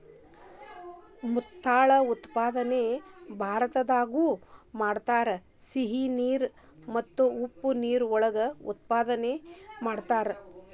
ಮುತ್ತುಗಳ ಉತ್ಪಾದನೆ ಭಾರತದಾಗು ಮಾಡತಾರ, ಸಿಹಿ ನೇರ ಮತ್ತ ಉಪ್ಪ ನೇರ ಒಳಗ ಉತ್ಪಾದನೆ ಮಾಡತಾರ